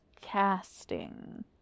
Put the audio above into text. casting